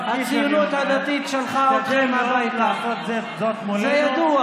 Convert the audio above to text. הציונות הדתית שלחה אתכם הביתה, זה ידוע.